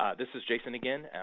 ah this is jason again.